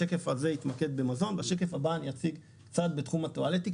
השקף הזה מתמקד במזון ובשקף הבא אני אציג קצת בתחום הטואלטיקה,